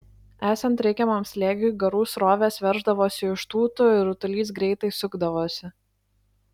esant reikiamam slėgiui garų srovės verždavosi iš tūtų ir rutulys greitai sukdavosi